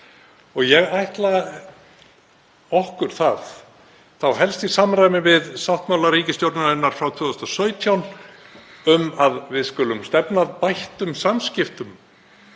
Ég ætla okkur það, þá helst í samræmi við sáttmála ríkisstjórnarinnar frá 2017, að við stefnum að bættum samskiptum